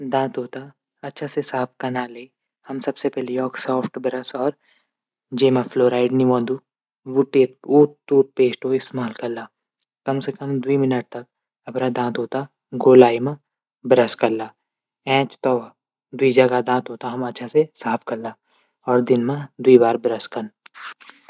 दांतो तै अछा से साफ कनाले हम सबसे पैली एक सॉप्ट बरस जैमा फ्लोराइड नी हूंदू। ऊ टूथपेस्ट इस्तेमाल कला कम से कम दुविई मिनट तक अपडू दांतो तै गोलाई मा बरस कला। तब दुव्ई जगह दांतो तै हम अच्छा से साफ कला। और दिन मा दिवई बार बरस कन।